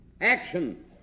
Action